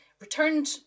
returned